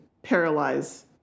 Paralyze